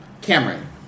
Cameron